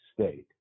state